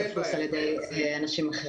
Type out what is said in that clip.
אנחנו עובדים בשיתוף פעולה צמוד והדוק